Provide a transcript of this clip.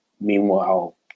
Meanwhile